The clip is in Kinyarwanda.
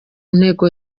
ntego